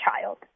child